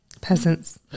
Peasants